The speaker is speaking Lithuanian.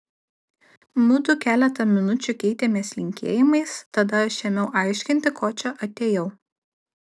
mudu keletą minučių keitėmės linkėjimais tada aš ėmiau aiškinti ko čia atėjau